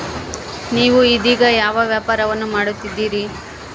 ನೇವು ಇದೇಗ ಯಾವ ವ್ಯಾಪಾರವನ್ನು ಮಾಡುತ್ತಿದ್ದೇರಿ?